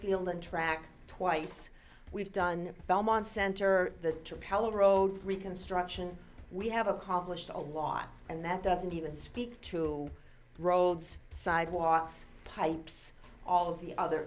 field and track twice we've done the belmont center the propeller road reconstruction we have accomplished a lot and that doesn't even speak to roads sidewalks pipes all of the other